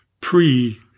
pre